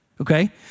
Okay